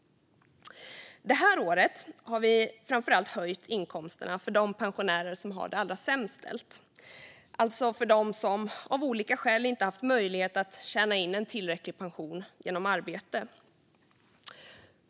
Det här året har vi framför allt höjt inkomsterna för de pensionärer som har det allra sämst ställt, alltså de som av olika skäl inte har haft möjlighet att tjäna in en tillräcklig pension genom arbete.